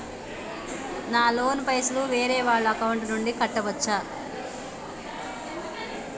నా లోన్ పైసలు వేరే వాళ్ల అకౌంట్ నుండి కట్టచ్చా?